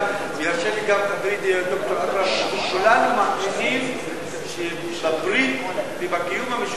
שכולנו מאמינים בברית ובקיום המשותף שלנו.